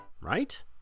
Right